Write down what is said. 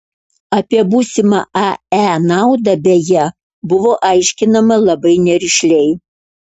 apie būsimą ae naudą beje buvo aiškinama labai nerišliai